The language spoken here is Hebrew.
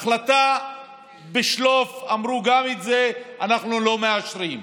החלטה בשלוף, אמרו: גם את זה אנחנו לא מאשרים.